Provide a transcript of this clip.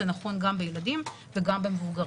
זה נכון גם בילדים וגם במבוגרים.